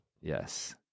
Yes